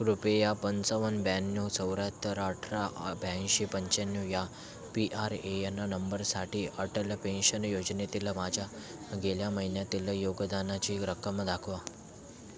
कृपया पंचावन्न ब्याण्णव चौऱ्याहत्तर अठरा ब्याऐंशी पंच्याण्णव या पी आर ए एन नंबरसाठी अटल पेन्शन योजनेतील माझ्या गेल्या महिन्यातील योगदानाची रक्कम दाखवा